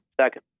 second